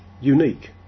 unique